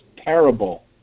terrible